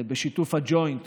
בשיתוף הג'וינט